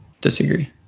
disagree